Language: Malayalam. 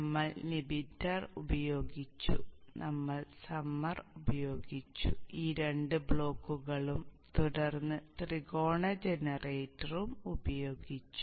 നമ്മൾ ലിമിറ്റർ ഉപയോഗിച്ചു നമ്മൾ സമ്മർ ഉപയോഗിച്ചു ഈ രണ്ട് ബ്ലോക്കുകളും തുടർന്ന് ത്രികോണ ജനറേറ്ററും ഉപയോഗിച്ചു